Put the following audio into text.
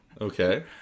okay